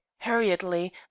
hurriedly